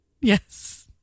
Yes